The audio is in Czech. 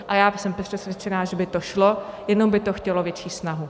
A já jsem přesvědčena, že by to šlo, jenom by to chtělo větší snahu.